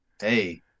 hey